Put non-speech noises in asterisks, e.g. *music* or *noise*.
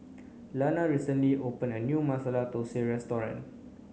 Lana recently opened a new Masala Thosai *unintelligible*